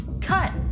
Cut